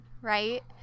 right